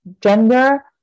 gender